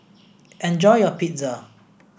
enjoy your Pizza